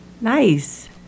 Nice